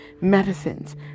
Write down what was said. medicines